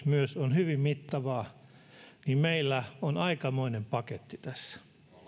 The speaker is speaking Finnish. myös lapsiperheköyhyys on hyvin mittavaa niin meillä on aikamoinen paketti tässä